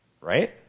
right